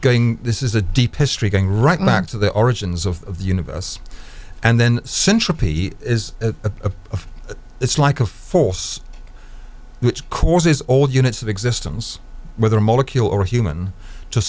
going this is a deep history going right back to the origins of the universe and then central is a of it's like a force which causes old units of existence whether molecule or human to